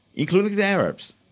including the arabs,